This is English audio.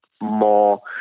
more